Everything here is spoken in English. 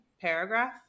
paragraph